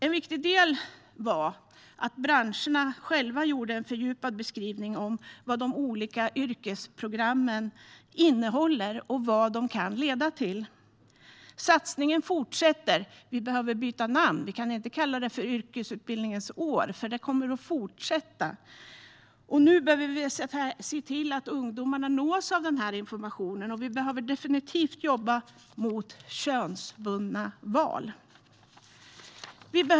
En viktig del i arbetet var att branscherna själva gjorde en fördjupad beskrivning av vad de olika yrkesprogrammen innehåller och vad de kan leda till. Satsningen fortsätter, och vi behöver byta namn. Vi kan inte kalla det yrkesutbildningens år eftersom arbetet kommer att fortsätta. Nu behöver vi se till att ungdomarna nås av informationen, och vi behöver definitivt jobba mot könsbundna val.